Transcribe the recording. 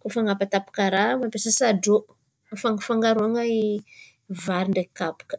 koa fa hanapatapaka raha, mampiasa sadrô han̈afangafangaroana vary ndraiky kabaka.